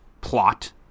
plot